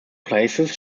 places